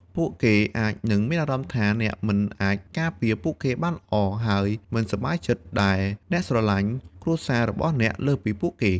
ពួកគេអាចនឹងមានអារម្មណ៍ថា អ្នកមិនអាចការពារពួកគេបានល្អ ហើយមិនសប្បាយចិត្តដែលអ្នកស្រលាញ់គ្រួសាររបស់អ្នកលើសពីពួកគេ។